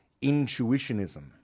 intuitionism